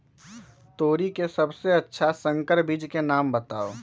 तोरी के सबसे अच्छा संकर बीज के नाम बताऊ?